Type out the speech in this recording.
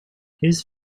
his